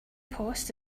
post